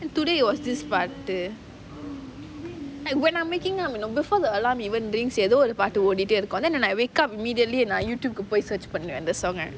then today it was this பாட்டு:pattu and when I'm waking up you know before the alarm even rings எதோ ஒரு பாட்டு ஓடிட்டு இருக்கும்:etho oru paatu oditu irukum then when I wake up immediately நான்:naan YouTube போய்ட்டு:poyitu search பண்ணுவான் அந்த:pannuvaan antha song eh